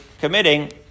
committing